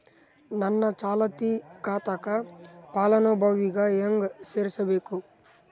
ನನ್ನ ಚಾಲತಿ ಖಾತಾಕ ಫಲಾನುಭವಿಗ ಹೆಂಗ್ ಸೇರಸಬೇಕು?